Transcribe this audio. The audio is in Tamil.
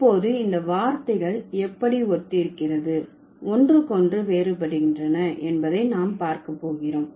இப்போது இந்த வார்த்தைகள் எப்படி ஒத்திருக்கிறது ஒன்றுக்கொன்று வேறுபடுகின்றன என்பதை நாம் பார்க்கபோகிறோம்